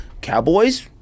Cowboys